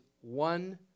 one